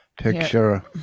picture